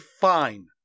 fine